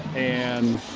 and